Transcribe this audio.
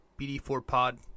BD4Pod